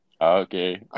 okay